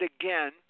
again